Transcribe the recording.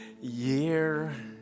Year